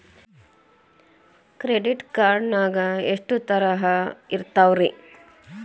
Credit card ನಾಗ ಎಷ್ಟು ತರಹ ಇರ್ತಾವ್ರಿ?